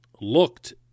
looked